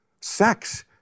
sex